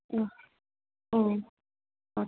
ம் ம் ஓகே